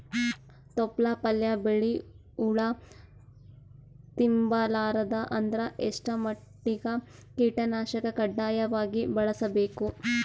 ತೊಪ್ಲ ಪಲ್ಯ ಬೆಳಿ ಹುಳ ತಿಂಬಾರದ ಅಂದ್ರ ಎಷ್ಟ ಮಟ್ಟಿಗ ಕೀಟನಾಶಕ ಕಡ್ಡಾಯವಾಗಿ ಬಳಸಬೇಕು?